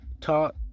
taught